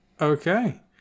Okay